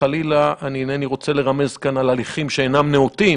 וחלילה אני אינני רוצה לרמז כאן על ההליכים שאינם נאותים,